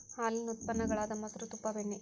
ಹಾಲೇನ ಉತ್ಪನ್ನ ಗಳಾದ ಮೊಸರು, ತುಪ್ಪಾ, ಬೆಣ್ಣಿ